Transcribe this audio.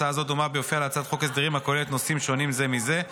הצעה זו דומה באופייה להצעת חוק הסדרים הכוללת נושאים שונים זה מזה.